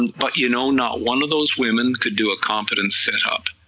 but you know not one of those women could do a competent situp,